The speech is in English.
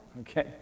Okay